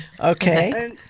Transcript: Okay